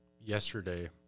yesterday